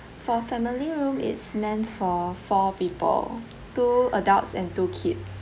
for family room it's meant for four people two adults and two kids